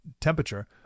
temperature